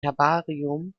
herbarium